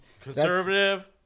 Conservative